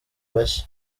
bashya